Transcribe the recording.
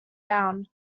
down